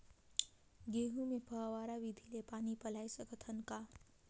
गहूं मे फव्वारा विधि ले पानी पलोय सकत हन का?